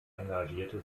engagierte